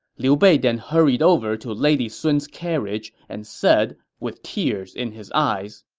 liu bei then hurried over to lady sun's carriage and said with tears in his eyes,